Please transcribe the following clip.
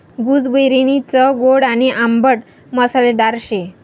गूसबेरीनी चव गोड आणि आंबट मसालेदार शे